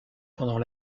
pendant